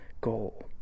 goal